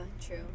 true